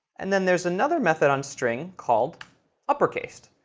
and then there's another method on string called uppercased.